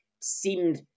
seemed